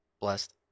Blessed